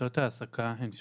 שיטות העסקה הן שונות.